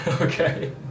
Okay